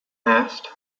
asked